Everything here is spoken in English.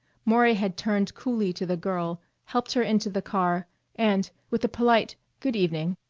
maury had turned coolly to the girl, helped her into the car and, with a polite good evening,